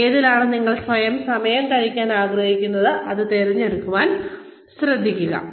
എന്നാൽ ഏതിലാണ് നിങ്ങൾ സമയം ചെലവഴിക്കാൻ ആഗ്രഹിക്കുന്നത് എന്നത് തിരഞ്ഞെടുക്കുന്നതിൽ ശ്രദ്ധിക്കുക